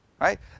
Right